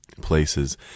places